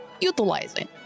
utilizing